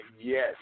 yes